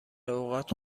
اوقات